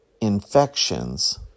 infections